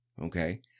Okay